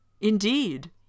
Indeed